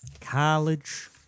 College